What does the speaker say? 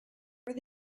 over